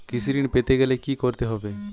কৃষি ঋণ পেতে গেলে কি করতে হবে?